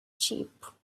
cheap